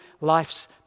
life's